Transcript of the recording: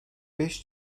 beş